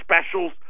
specials